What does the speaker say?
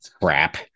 crap